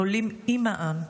עולים עם העם.